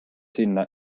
sinna